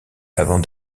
avant